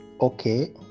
Okay